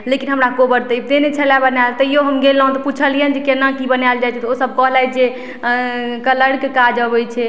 लेकिन हमरा कोहबर तऽ अबितै नहि छलै बनायल तैयौ हम गेलहुँ तऽ पुछलियन जे केना की बनायल जाइ छै तऽ ओसब कहलथि जे कलरके काज अबय छै